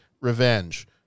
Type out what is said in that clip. revenge